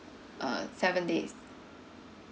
uh seven days